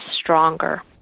stronger